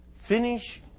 Finish